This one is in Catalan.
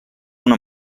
una